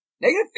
negative